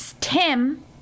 Tim